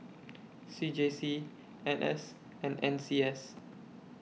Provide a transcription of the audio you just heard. C J C N S and N C S